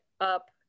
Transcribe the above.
up